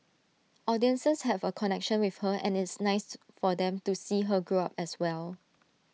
audiences have A connection with her and it's nice to for them to see her grow up as well